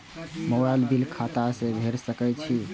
Mobile bill खाता से भेड़ सके छि?